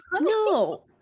No